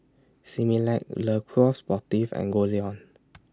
Similac Le Coq Sportif and Goldlion